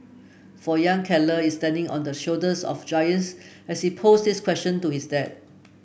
for young Keller is standing on the shoulders of giants as he posed these question to his dad